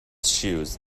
shoes